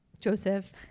joseph